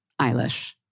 Eilish